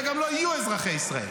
וגם לא יהיו אזרחי ישראל.